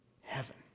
Heaven